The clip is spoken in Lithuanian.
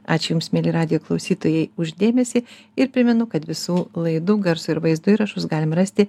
ačiū jums mieli radijo klausytojai už dėmesį ir primenu kad visų laidų garso ir vaizdo įrašus galim rasti